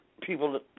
people